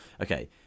okay